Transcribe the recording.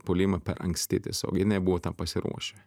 puolimą per anksti tiesiog jie nebuvo tam pasiruošę